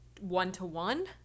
one-to-one